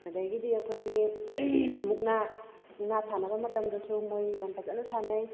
ꯑꯗꯒꯤꯗꯤ ꯑꯩꯈꯣꯏꯒꯤ ꯃꯨꯛꯅ ꯃꯨꯛꯅ ꯁꯥꯟꯅꯕ ꯃꯇꯝꯗꯁꯨ ꯃꯣꯏ ꯌꯥꯝ ꯐꯖꯟꯅ ꯁꯥꯟꯅꯩ